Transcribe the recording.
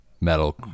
metal